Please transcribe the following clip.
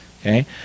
okay